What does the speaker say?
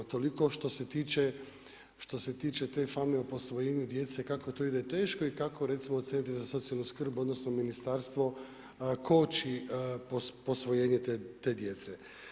Toliko što se tiče te fame o posvojenju djece kako to ide teško i kako reci centri za socijalnu skrb odnosno ministarstvo koči posvojenje te djece.